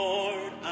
Lord